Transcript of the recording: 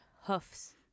hoofs